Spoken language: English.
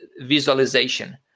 visualization